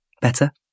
Better